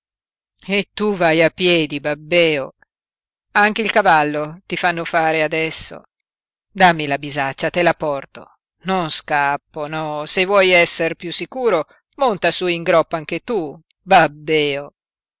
e tu vai a piedi babbèo anche il cavallo ti fanno fare adesso dammi la bisaccia te la porto non scappo no se vuoi esser piú sicuro monta su in groppa anche tu